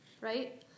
right